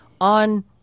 on